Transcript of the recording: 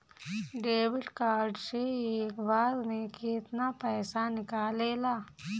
Debit card से एक बार मे केतना पैसा निकले ला?